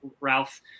Ralph